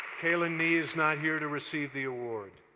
kelan nee is not here to receive the award.